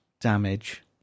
Damage